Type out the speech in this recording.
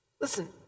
Listen